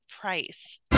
Price